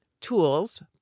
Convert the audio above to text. tools